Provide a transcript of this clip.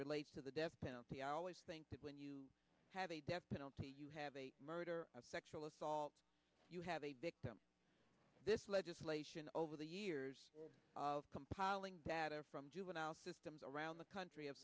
relates to the death penalty i always think that when you have a death penalty you have a murder of sexual assault you have a victim this legislation over the years compiling from juvenile systems around the country